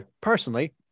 personally